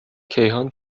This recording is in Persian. کیهان